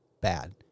bad